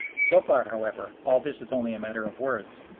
so far, however, all this is only a matter of words,